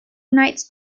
knights